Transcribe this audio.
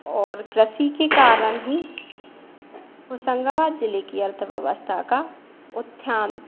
और रस्सी के कारण ही होशंगाबाद ज़िले की अर्थव्यवस्था का उत्थान